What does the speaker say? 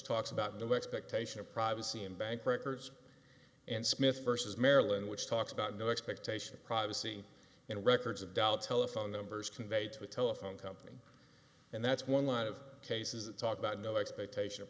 talks about the expectation of privacy and bank records and smith versus maryland which talks about no expectation of privacy in records of doubt telephone numbers conveyed to a telephone company and that's one lot of cases talk about no expectation of